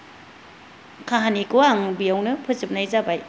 ओ काहानिखौ आङो बेयावनो फोजोबनाय जाबाय